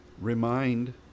remind